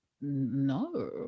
no